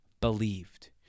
believed